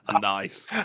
Nice